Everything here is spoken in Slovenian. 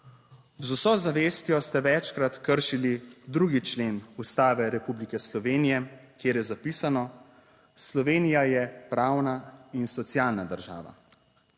Z vso zavestjo ste večkrat kršili 2. člen Ustave Republike Slovenije, kjer je zapisano, "Slovenija je pravna in socialna država."